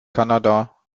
kanada